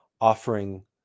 offering